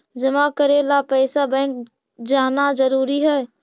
जमा करे ला पैसा बैंक जाना जरूरी है?